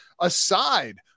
aside